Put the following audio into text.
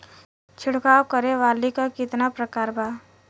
छिड़काव करे वाली क कितना प्रकार बा?